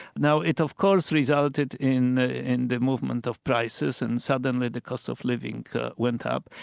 now it of course resulted in the in the movement of prices and suddenly the cost of living went up,